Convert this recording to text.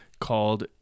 called